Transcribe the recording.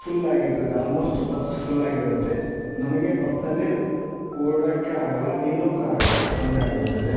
full ಆಗಿರ್ತತಿ almost bus full ಆಗಿರ್ತತಿ ನಮಗೆ ಬಸ್ನಲ್ಲಿ ಕೂಡಕ್ಕೆ ಆಗೋಲ್ಲ ನಿಲ್ಲೊಕ್ಕು ಆಗೋಲ್ಲ ತೊಂದರೆ ಆಗುತ್ತದೆ